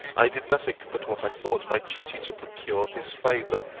i did nothing but what i thought my duty to procure his favour.